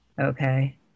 Okay